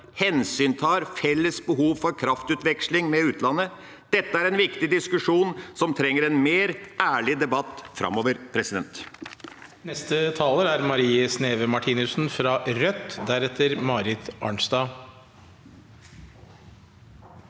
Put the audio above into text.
«hensyntar», vårt felles behov for kraftutveksling med utlandet. Dette er en viktig diskusjon, som trenger en mer ærlig debatt framover. Marie